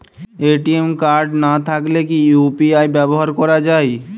ATM card না থাকলে কি ইউ.পি.আই ব্যবহার করা য়ায়?